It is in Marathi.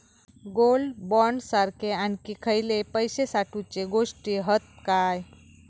गोल्ड बॉण्ड सारखे आणखी खयले पैशे साठवूचे गोष्टी हत काय?